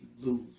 lose